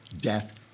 death